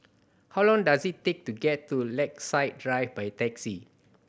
how long does it take to get to Lakeside Drive by taxi